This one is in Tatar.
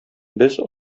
без